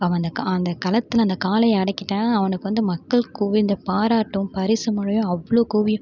அவன் அந்த கா அந்த களத்தில் அந்த காளையை அடக்கிட்டேன் அவனுக்கு வந்து மக்கள் குவிந்து பாராட்டும் பரிசு மழையும் அவ்வளோ குவியும்